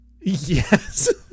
yes